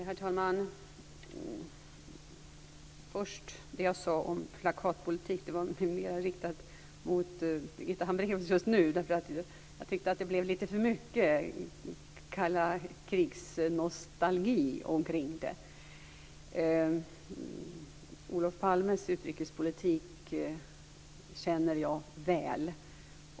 Herr talman! Jag vill först säga något om det som jag sade om plakatpolitik. Det var mer riktat mot Birgitta Hambraeus just nu. Jag tyckte att det blev för mycket nostalgi kring det som Birgitta Hambraeus sade om kalla kriget. Olof Palmes utrikespolitik känner jag väl.